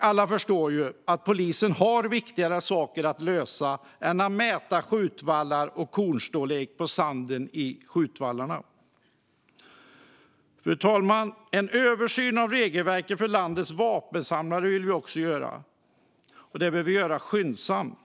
Alla förstår att polisen har viktigare saker att lösa än mätning av skjutvallar och av kornstorleken på sanden i skjutvallarna. Fru talman! Vi vill skyndsamt göra en översyn av regelverket för landets vapensamlare.